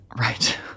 Right